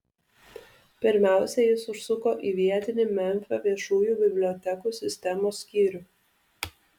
pirmiausia jis užsuko į vietinį memfio viešųjų bibliotekų sistemos skyrių